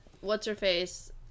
What's-Her-Face